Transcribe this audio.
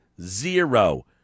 Zero